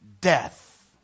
death